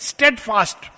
Steadfast